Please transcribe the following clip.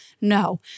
No